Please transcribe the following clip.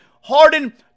Harden